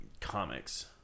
comics